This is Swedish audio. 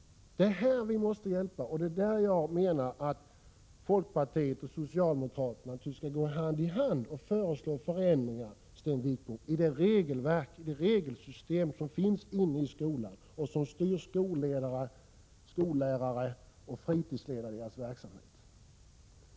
Det är på detta område vi måste hjälpa till. Jag menar att folkpartiet och socialdemokraterna naturligtvis skall gå hand i hand och föreslå förändringar, Sten Wickbom, i det regelsystem som finns inom skolan och som styr skolledare, skollärare och fritidsledare i deras verksamhet.